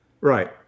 Right